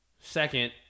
second